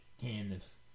Candace